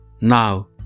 Now